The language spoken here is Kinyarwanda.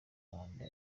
manda